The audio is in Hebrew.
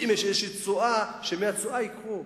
ואם יש איזו תשואה אז שמהתשואה ייקחו,